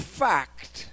fact